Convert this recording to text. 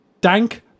dank